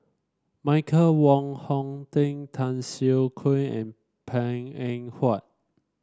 Michael Wong Hong Teng Tan Siah Kwee and Png Eng Huat